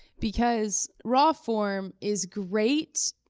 because raw form is great,